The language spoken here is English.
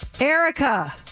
Erica